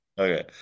Okay